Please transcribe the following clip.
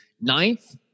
ninth